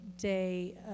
day